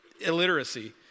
illiteracy